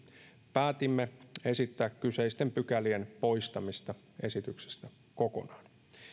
päätimme esittää kyseisten pykälien poistamista esityksestä kokonaan